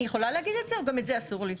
יכולה להגיד את זה או שגם את זה אסור לי?